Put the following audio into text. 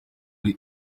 muri